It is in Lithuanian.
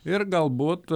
ir galbūt